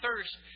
thirst